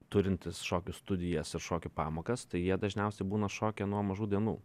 turintys šokių studijas ir šokių pamokas tai jie dažniausiai būna šokyje nuo mažų dienų